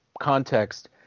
context